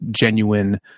genuine